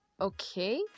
okay